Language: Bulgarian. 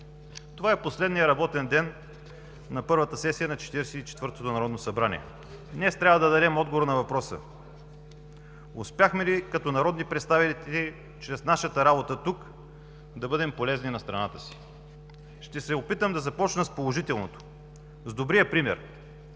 „Това е последният работен ден на първата сесия на Четиридесет и четвъртото народно събрание. Днес трябва да дадем отговор на въпроса: успяхме ли като народни представители, чрез нашата работа тук, да бъдем полезни на страната си? Ще се опитам да започна с положителното, с добрия пример,